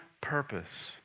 purpose